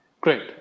Great